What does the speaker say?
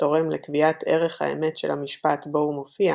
תורם לקביעת ערך האמת של המשפט בו הוא מופיע,